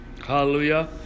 hallelujah